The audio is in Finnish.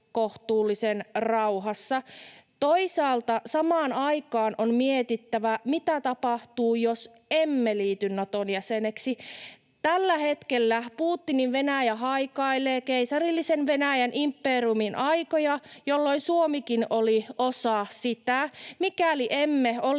kohtuullisen rauhassa. Toisaalta samaan aikaan on mietittävä, mitä tapahtuu, jos emme liity Naton jäseneksi. Tällä hetkellä Putinin Venäjä haikailee keisarillisen Venäjän imperiumin aikoja, jolloin Suomikin oli osa sitä. Mikäli emme olisi